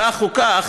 כך או כך,